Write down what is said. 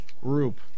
group